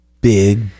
big